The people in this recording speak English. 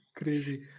Crazy